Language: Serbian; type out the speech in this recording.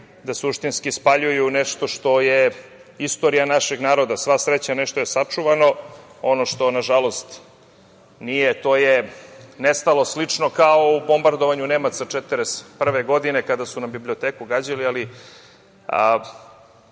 da suštinski spaljuju nešto što je istorija našeg naroda. Sva sreća, nešto je sačuvano. Ono što, nažalost, nije to je nestalo nešto slično kao u bombardovanju Nemaca 1941. godine kada su nam biblioteku gađali.